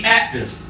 active